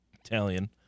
Italian